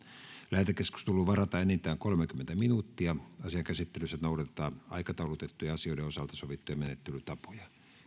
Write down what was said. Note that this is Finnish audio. lähetekeskusteluun varataan enintään kolmekymmentä minuuttia asian käsittelyssä noudatetaan aikataulutettujen asioiden osalta sovittuja menettelytapoja